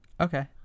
Okay